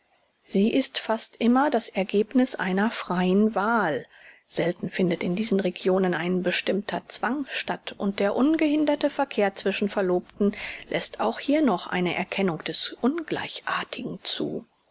sie ist fast immer das ergebniß einer freien wahl selten findet in diesen regionen ein bestimmter zwang statt und der ungehinderte verkehr zwischen verlobten läßt auch hier noch eine erkennung des ungleichartigen zu